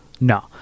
no